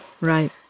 Right